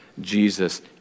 Jesus